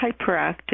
hyperactive